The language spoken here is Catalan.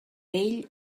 ell